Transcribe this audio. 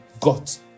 got